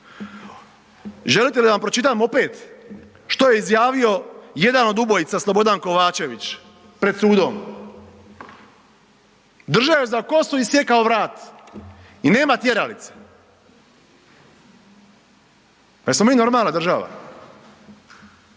Želite li da vam pročitam opet što je izjavio jedan od ubojica Slobodan Kovačević pred sudom? Držao je za kosu i sjekao vrat i nema tjeralice. Jesmo mi normalna država?